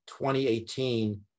2018